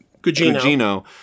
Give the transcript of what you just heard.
Gugino